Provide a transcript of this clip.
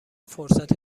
فرصت